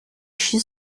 she